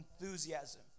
enthusiasm